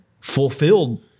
fulfilled